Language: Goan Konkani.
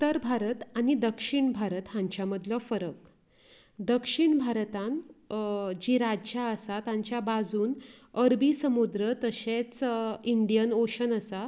उत्तर भारत आनी दक्षीण भारत हांच्या मदलो फरक दक्षीण भारतांत जी राज्या आसात तांच्या बाजून अरबी समुद्र तशेंच इंडियन ऑशन आसा